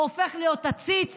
הוא הופך להיות עציץ